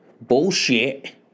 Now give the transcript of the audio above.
Bullshit